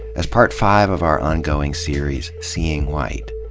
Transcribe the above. as part five of our ongoing series, seeing white.